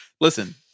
Listen